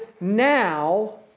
now